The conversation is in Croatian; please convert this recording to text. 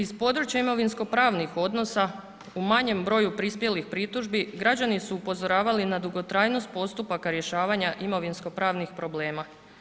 Iz područja imovinskopravnih odnosa u manjem broju prispjelih pritužbi građani su upozoravali na dugotrajnost postupaka rješavanja imovinskopravnih problema.